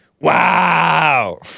Wow